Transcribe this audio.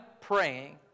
praying